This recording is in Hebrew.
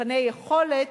מבחני יכולת,